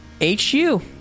H-U